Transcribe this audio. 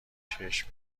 چشم